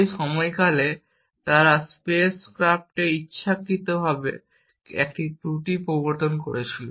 সেই সময়কালে তারা স্পেস ক্রাফটে ইচ্ছাকৃতভাবে একটি ত্রুটিও প্রবর্তন করেছিল